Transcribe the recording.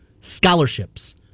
scholarships